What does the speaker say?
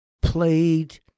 played